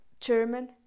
German